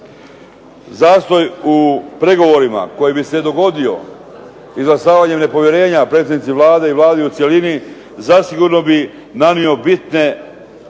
Zastoj u pregovorima koji bi se dogodio izglasavanjem nepovjerenja predsjednici Vlade i Vladi u cjelini zasigurno bi nanio bitne financijske